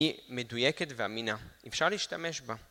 היא מדויקת ואמינה, אפשר להשתמש בה